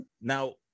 Now